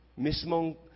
Mismong